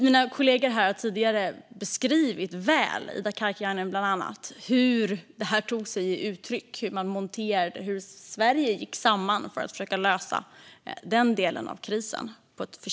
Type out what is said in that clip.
Min kollega Ida Karkiainen har här på ett förtjänstfullt sätt beskrivit hur det tog sig uttryck, att Sverige gick samman för att lösa den delen av krisen.